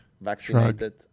vaccinated